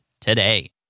today